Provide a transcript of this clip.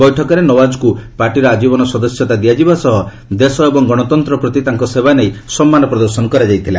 ବୈଠକରେ ନୱାଜ୍ଙ୍କୁ ପାର୍ଟିର ଆଜ୍ରୀବନ ସଦସ୍ୟତା ଦିଅଯିବା ସହ ଦେଶ ଏବଂ ଗଣତନ୍ତ୍ର ପ୍ରତି ତାଙ୍କ ସେବା ନେଇ ସମ୍ମାନ ପ୍ରଦର୍ଶନ କରାଯାଇଥିଲା